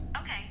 Okay